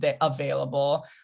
available